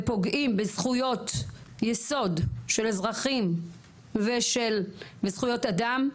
ופוגעים בזכויות יסוד של אזרחים ושל זכויות אדם,